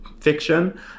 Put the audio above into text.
fiction